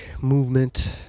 movement